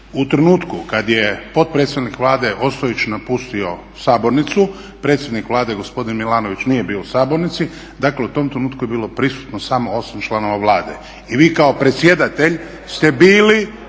U trenutku kada je potpredsjednik Vlade Ostojić napustio sabornicu, predsjednik Vlade gospodin Milanović nije bio u sabornici, dakle u tom trenutku je bilo prisutno samo 8 članova Vlade i vi kao predsjedatelj ste bili